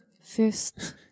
first